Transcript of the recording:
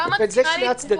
אלה שני הצדדים של הדבר הזה.